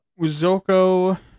Uzoko